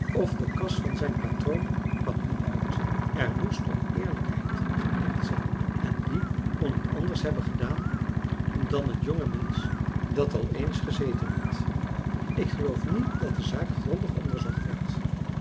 of de kas van zijn patroon kwam niet uit er moest oneerlijkheid gepleegd zijn en wie kon het anders hebben gedaan dan het jonge mensch dat al eens gezeten had ik geloof niet dat de zaak grondig onderzocht werd